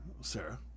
Sarah